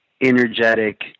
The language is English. energetic